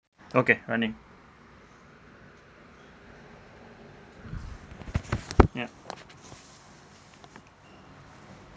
okay running ya